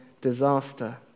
disaster